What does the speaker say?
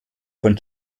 von